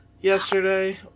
yesterday